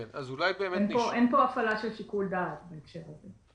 אין פה הפעלה של שיקול דעת בהקשר הזה.